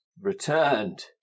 returned